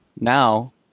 now